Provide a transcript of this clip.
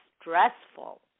stressful